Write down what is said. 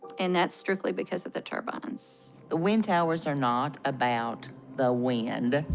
and that's strictly because of the turbines. the wind towers are not about the wind,